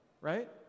right